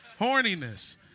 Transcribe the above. Horniness